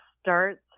starts